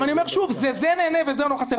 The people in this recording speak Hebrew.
אני אומר שוב, זה זה נהנה וזה לא חסר.